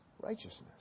righteousness